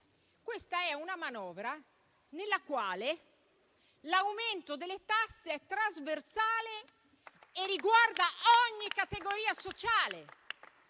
Questa è una manovra nella quale l'aumento delle tasse è trasversale e riguarda ogni categoria sociale.